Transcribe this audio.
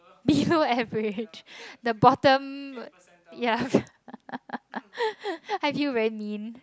below average the bottom ya I feel very mean